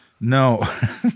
No